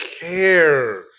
care